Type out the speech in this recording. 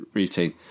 routine